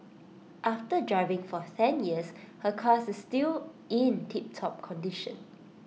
after driving for ten years her car is still in tiptop condition